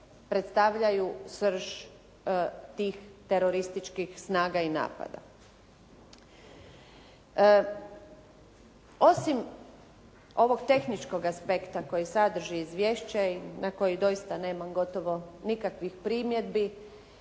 predstavljaju srž tih terorističkih snaga i napada. Osim ovog tehničkog aspekta koji sadrži izvješće i na koji doista nemam gotovo nikakvih primjedbi